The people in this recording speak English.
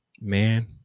man